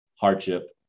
hardship